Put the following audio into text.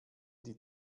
die